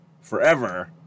forever